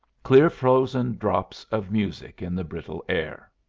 clear frozen drops of music in the brittle air.